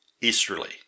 easterly